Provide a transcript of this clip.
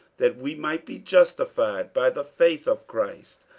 that we might be justified by the faith of christ,